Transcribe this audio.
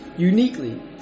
Uniquely